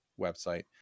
website